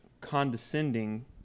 condescending